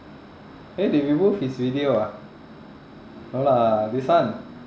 eh they removed his video ah no lah this one